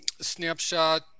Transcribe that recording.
snapshot